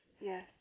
Yes